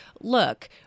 look